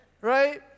Right